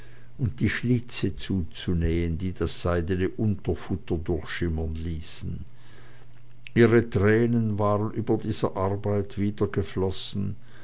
und die schlitze zuzunähen die das seidene unterfutter durchschimmern ließen ihre tränen waren über dieser arbeit wieder geflossen